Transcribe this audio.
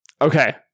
Okay